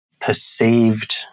perceived